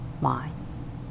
mind